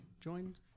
joined